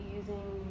using